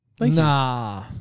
Nah